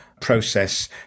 process